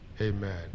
Amen